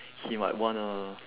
he might wanna